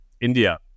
India